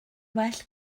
well